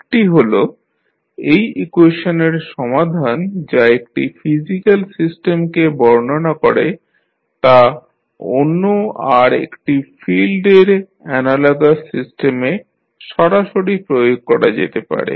একটি হল এই ইকুয়েশনের সমাধান যা একটি ফিজিক্যাল সিস্টেমকে বর্ণনা করে তা অন্য আর একটি ফিল্ড এর অ্যানালগাস সিস্টেমে সরাসরি প্রয়োগ করা যেতে পারে